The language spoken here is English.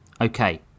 Okay